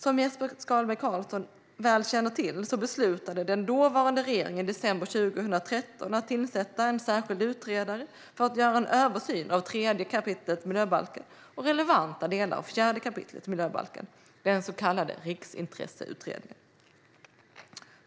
Som Jesper Skalberg Karlsson väl känner till beslutade den dåvarande regeringen i december 2013 att tillsätta en särskild utredare för att göra en översyn av 3 kap. miljöbalken och relevanta delar av 4 kap. miljöbalken, den så kallade Riksintresseutredningen.